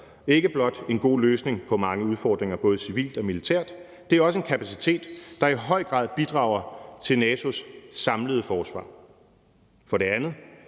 ikke blot en god løsning på mange udfordringer både civilt og militært. Det er også en kapacitet, der i høj grad bidrager til NATO's samlede forsvar. For det andet